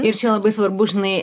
ir čia labai svarbu žinai